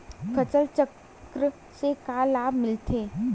फसल चक्र से का लाभ मिलथे?